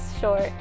short